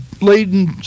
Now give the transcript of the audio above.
laden